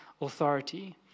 authority